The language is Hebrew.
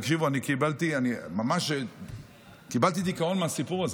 תקשיבו, אני קיבלתי דיכאון מהסיפור הזה.